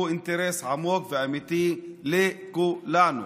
הם אינטרס עמוק ואמיתי של כולנו.